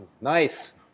Nice